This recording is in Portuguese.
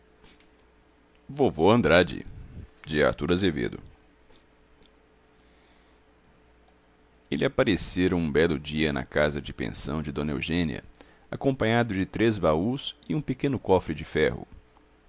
ainda cardoso ele aparecera um belo dia na casa de pensão de dona eugênia acompanhado de três baús e um pequeno cofre de ferro